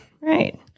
right